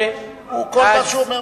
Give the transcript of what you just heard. כל מה שהוא אומר,